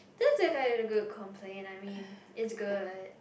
that's kind of a good complain I mean it's good